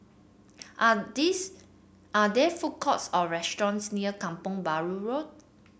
are this are there food courts or restaurants near Kampong Bahru Road